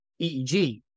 EEG